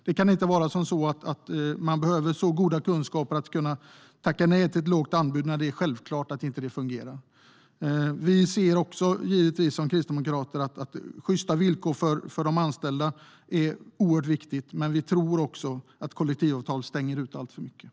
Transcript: Man ska inte behöva ha så goda kunskaper för att kunna tacka nej till ett lågt anbud när det är självklart att det inte fungerar. Som kristdemokrater ser vi givetvis att sjysta villkor för de anställda är oerhört viktigt. Men vi tror också att kollektivavtal stänger ute i alltför hög grad.